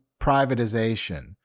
privatization